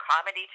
comedy